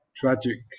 tragic